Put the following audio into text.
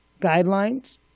guidelines